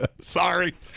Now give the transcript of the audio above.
Sorry